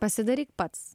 pasidaryk pats